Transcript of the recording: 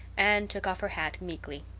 anne took off her hat meekly.